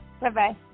Bye-bye